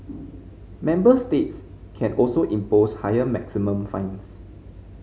member states can also impose higher maximum fines